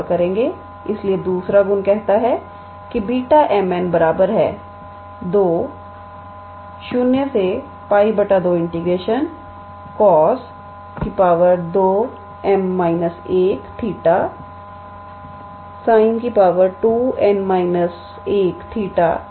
इसलिए दूसरा गुण कहता है कि Β𝑚 𝑛 20𝜋 2𝑐𝑜𝑠2𝑚−1𝜃𝑠𝑖𝑛2𝑛−1𝜃𝑑𝜃 है